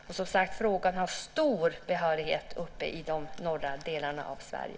Frågan har, som sagt, stor behörighet i de norra delarna av Sverige.